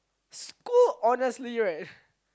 school honestly right